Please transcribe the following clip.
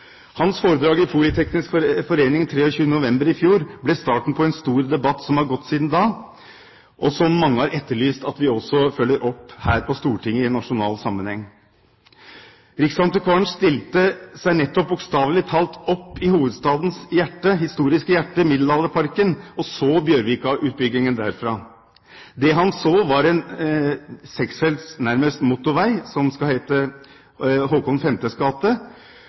Hans foredrag i Polyteknisk forening 23. november i fjor ble starten på en stor debatt som har gått siden da, og som mange har etterlyst at vi også følger opp her på Stortinget i nasjonal sammenheng. Riksantikvaren stilte seg bokstavelig talt opp i hovedstadens historiske hjerte, Middelalderparken, og så Bjørvika-utbyggingen derfra. Det han så, var en seksfelts nærmest motorvei, som skal hete Kong Håkon